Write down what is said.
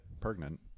pregnant